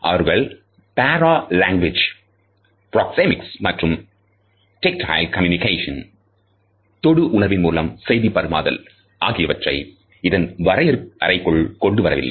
அவர்கள் paralanguage proxemics மற்றும் tactile communication தொடு உணர்வின் மூலம் செய்தி பரிமாறுதல் ஆகியவற்றை இதன் வரையறைக்குள் கொண்டு வரவில்லை